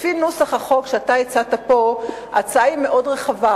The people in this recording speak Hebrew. לפי נוסח החוק שאתה הצעת פה, ההצעה היא מאוד רחבה.